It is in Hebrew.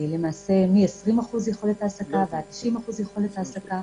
למעשה, מ-20% יכולת העסקה ועד 90% יכולת העסקה.